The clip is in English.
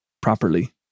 properly